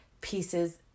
pieces